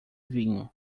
vinho